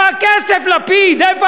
איפה הכסף, לפיד?